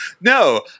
No